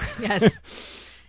Yes